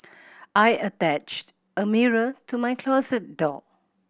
I attached a mirror to my closet door